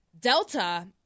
Delta